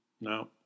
No